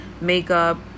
makeup